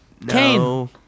no